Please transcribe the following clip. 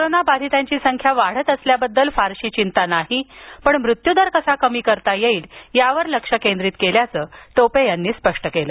corona बाधितांची संख्या वाढत असल्याबद्दल फारशी चिंता नाही पण मृत्यूदर कसा कमी करता येईल याकडे आम्ही लक्ष केंद्रित केल्याचं त्यांनी स्पष्ट केलं